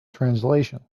translation